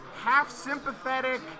half-sympathetic